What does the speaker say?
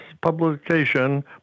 publication